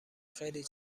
خیلی